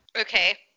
Okay